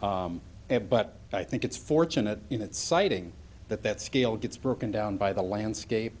but i think it's fortunate in that citing that that scale gets broken down by the landscape